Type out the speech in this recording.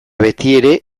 betiere